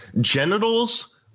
genitals